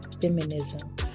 Feminism